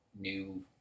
New